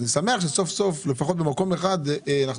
אני שמח שסוף סוף לפחות במקום אחד אנחנו